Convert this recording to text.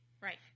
Right